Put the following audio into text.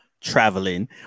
traveling